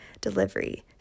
delivery